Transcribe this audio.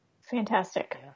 fantastic